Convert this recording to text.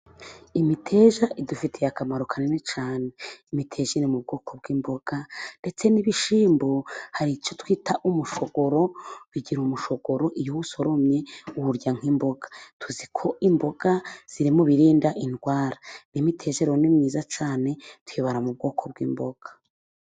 Imiteja idufitiye akamaro kanini cyane. Imiteja iri mu bwoko bw'imboga， ndetse n'ibishyimbo hari icyo twita umushogoro， bigira umushogoro， iyo uwusoromye uwurya nk'imboga. Tuzi ko imboga ziri mu birinda indwara. N’imiteja rero，ni myiza cyane，tuyibara mu bwoko bw'imboga.